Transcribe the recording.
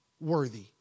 worthy